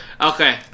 Okay